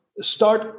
start